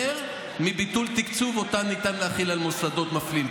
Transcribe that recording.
מביטול תקצוב שאותן ניתן להחיל על מוסדות מפלים,